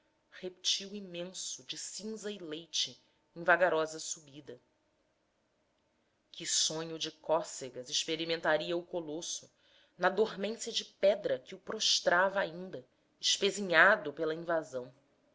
reptil imenso de cinza e leite em vagarosa subida que sonho de cócegas experimentaria o colosso na dormência de pedra que o prostrava ainda espezinhado pela invasão